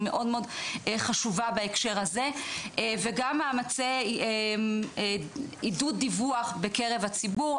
היא מאוד מאוד חשובה בהקשר הזה וגם מאמצי עידוד דיווח בקרב הציבור,